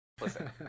listen